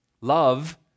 Love